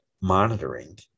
monitoring